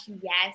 yes